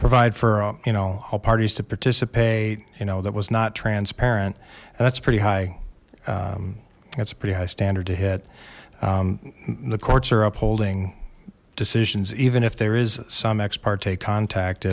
provide for a you know all parties to participate you know that was not transparent and that's pretty high that's a pretty high standard to hit the courts are upholding decisions even if there is some ex parte contact